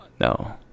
no